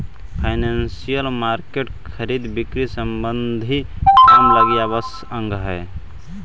financial market खरीद बिक्री संबंधी काम लगी आवश्यक अंग हई